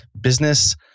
business